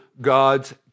God's